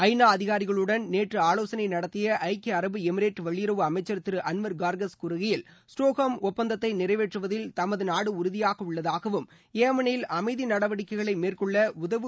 ஐநா அதிகாரிகளுடன் நேற்று ஆவோசனை நடத்திய ஐக்கிய அரபு எமிரேட் வெளியுறவு அமைச்சர் திரு அன்வர் கார்கஸ் கூறுகையில் ஸ்டாக்ஹோம் ஒப்பந்தத்தை நிறைவேற்றுவதில் தமது நாடு உறுதியாக உள்ளதாகவும் ஏமனில் அமைதி நடவடிக்கைகளை மேற்கொள்ள உதவுவதாகவும் தெரிவித்தாா்